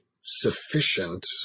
sufficient